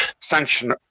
sanction